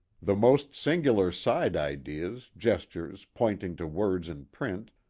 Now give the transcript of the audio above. the most singular side-ideas, gestures, point ing to words in print,